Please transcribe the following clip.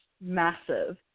massive